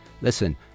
Listen